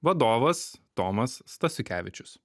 vadovas tomas stasiukevičius